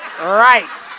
Right